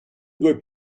due